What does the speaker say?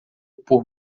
por